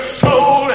soul